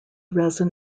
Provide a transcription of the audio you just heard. resin